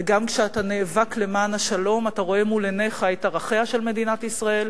וגם כשאתה נאבק למען השלום אתה רואה מול עיניך את ערכיה של מדינת ישראל,